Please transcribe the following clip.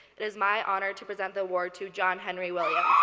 it is my honor to present the award to john-henry williams.